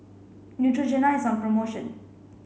Neutrogena is on promotion